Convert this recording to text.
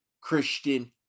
Christian